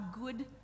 good